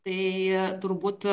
tai turbūt